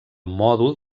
mòdul